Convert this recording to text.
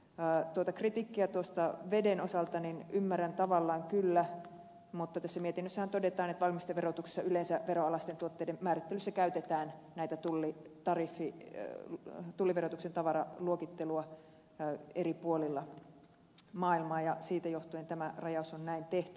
tuota kritiikkiä veden osalta ymmärrän tavallaan kyllä mutta tässä mietinnössähän todetaan että valmisteverotuksessa yleensä veronalaisten tuotteiden määrittelyssä käytetään näitä tuli tariffit tuli vedetyksi tätä tulliverotuksen tavaraluokittelua eri puolilla maailmaa ja siitä johtuen tämä rajaus on näin tehty